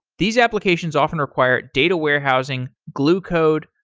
these applications often require data warehousing, glue code,